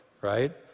right